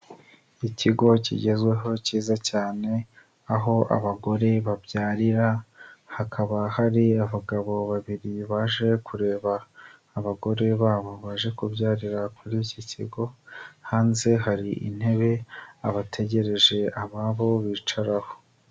Ikigo kigezweho cyiza cyane aho abagore babyarira hakaba hari abagabo babiri baje kureba abagore babo baje kubyarira kuri iki kigo hanze hari intebe abategereje ababo bicaraho.